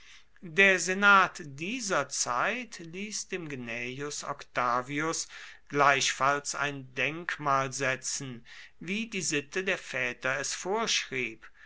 der senat dieser zeit ließ dem gnaeus octavius gleichfalls ein denkmal setzen wie die sitte der väter es vorschrieb